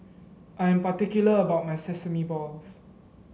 I am particular about my Sesame Balls